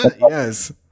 Yes